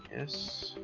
yes.